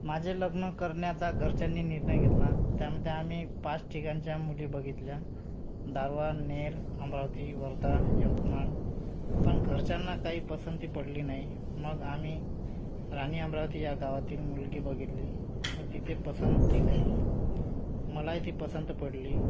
माझे लग्न करण्याचा घरच्यांनी निर्णय घेतला त्यामध्ये आम्ही पाच ठिकाणच्या मुली बघितल्या दावानेर अमरावती वर्धा यवतमाळ पण घरच्यांना काही पसंत पडली नाही मग आम्ही राणी अमरावती या गावातील मुलगी बघितली तर तिथे पसंती झाली मलाही ती पसंत पडली